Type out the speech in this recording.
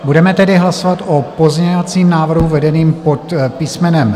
Budeme tedy hlasovat o pozměňovacím návrhu vedeném pod písmenem C.